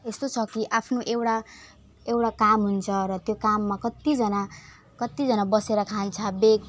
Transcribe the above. यस्तो छ कि आफ्नो एउटा एउटा काम हुन्छ र त्यो काममा कतिजना कतिजना बसेर खान्छ बेक